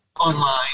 Online